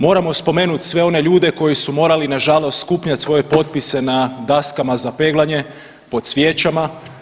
Moramo spomenuti sve one ljude koji su morali nažalost skupljati svoje potpise na daskama za peglanje pod svijećama.